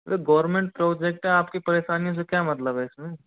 sir government project है आपकी परेशानियों से क्या मतलब हैं